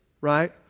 right